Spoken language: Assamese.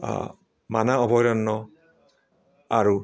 মানাহ অভয়াৰণ্য আৰু